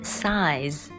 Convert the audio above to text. size